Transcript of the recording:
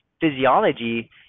physiology